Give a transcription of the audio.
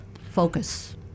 focus